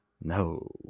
No